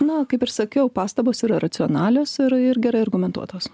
na kaip ir sakiau pastabos yra racionalios ir ir gerai argumentuotos